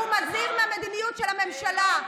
הוא מזהיר מהמדיניות של הממשלה.